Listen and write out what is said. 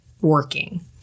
working